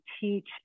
teach